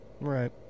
right